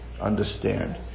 understand